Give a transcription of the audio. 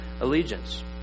allegiance